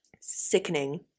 Sickening